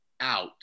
out